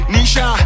Nisha